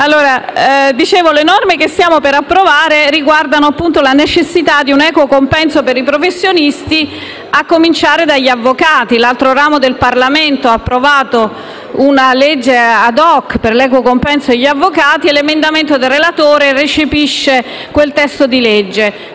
PARENTE *(PD)*. Le norme che stiamo per approvare riguardano la necessità di un equo compenso per i professionisti, a cominciare dagli avvocati. L'altro ramo del Parlamento ha approvato una legge *ad* *hoc* per l'equo compenso degli avvocati e l'emendamento del relatore recepisce quel testo di legge.